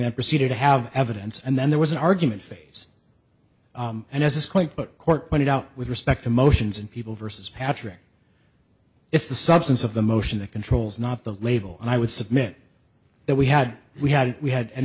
that proceeded to have evidence and then there was an argument phase and as this quick but court pointed out with respect to motions and people versus patrick it's the substance of the motion that controls not the label and i would submit that we had we had we had an